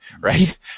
Right